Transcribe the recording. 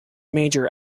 major